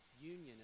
union